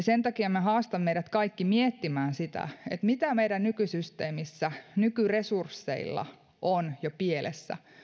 sen takia haastan meidät kaikki miettimään mitä meidän nykysysteemissä nykyresursseilla on jo pielessä